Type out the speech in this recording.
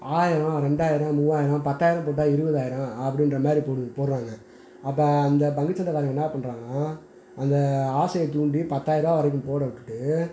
ஆயிரம் ரெண்டாயிரம் மூவாயிரம் பத்தாயிரம் போட்டால் இருபதாயிரம் அப்படின்ற மாதிரி போடு போடுறாங்க அப்போ அந்த பங்கு சந்தைக்காரங்க என்ன பண்ணுறாங்கனா அந்த ஆசையைத் தூண்டி பத்தாயிர ரூபா வரைக்கும் போட விட்டுட்டு